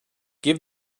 give